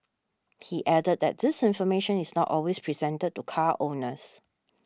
he added that this information is not always presented to car owners